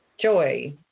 joy